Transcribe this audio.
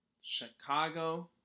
Chicago